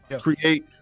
create